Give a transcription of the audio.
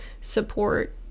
support